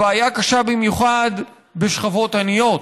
הבעיה קשה במיוחד בשכבות עניות.